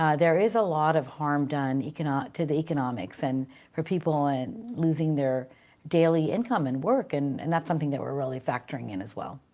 ah there is a lot of harm done to the economics, and for people and losing their daily income and work. and and that's something that we're really factoring in as well.